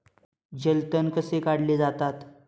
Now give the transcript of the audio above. जलतण कसे काढले जातात?